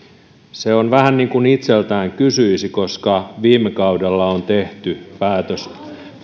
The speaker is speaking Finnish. se on vähän niin kuin itseltään kysyisi koska viime kaudella on tehty päätös